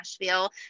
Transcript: Nashville